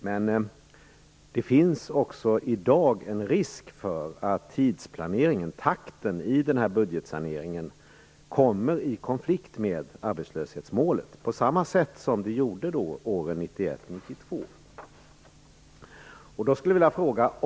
Men det finns i dag en risk för att takten i budgetsaneringen kommer i konflikt med arbetslöshetsmålet på samma sätt som åren 1991-1992. Då skulle jag vilja ställa en fråga.